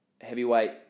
heavyweight